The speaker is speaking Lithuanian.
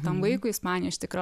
tam vaikui ispanija iš tikro